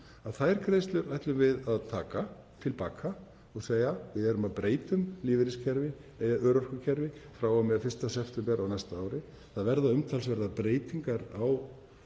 þær greiðslur ætlum við að taka til baka og segja: Við erum að breyta um örorkukerfi frá og með 1. september á næsta ári. Það verða umtalsverðar breytingar á